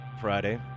Friday